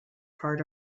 part